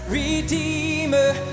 redeemer